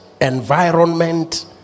environment